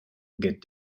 get